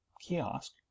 kiosk